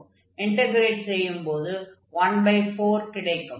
integrate செய்யும்போது 14 கிடைக்கும்